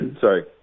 Sorry